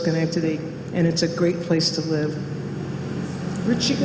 schenectady and it's a great place to live rich